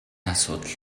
асуудал